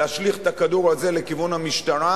להשליך את הכדור הזה לכיוון המשטרה,